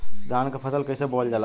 धान क फसल कईसे बोवल जाला?